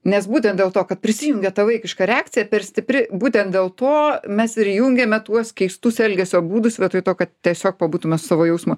nes būtent dėl to kad prisijungia ta vaikiška reakcija per stipri būtent dėl to mes ir jungiame tuos keistus elgesio būdus vietoj to kad tiesiog pabūtume su savo jausmu